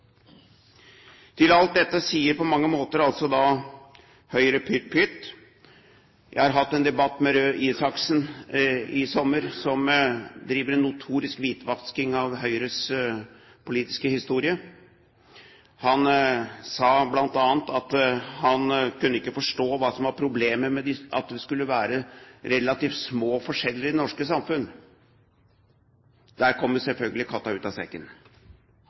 Til alt dette sier Høyre på mange måter pytt, pytt. Jeg har i sommer hatt en debatt med Røe Isaksen, som driver en notorisk hvitvasking av Høyres politiske historie. Han sa bl.a. at han kunne ikke forstå hva som var problemet med at det skulle være relativt små forskjeller i det norske samfunn. Der kom selvfølgelig katta ut av sekken.